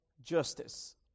justice